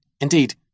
Indeed